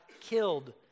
killed